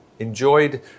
enjoyed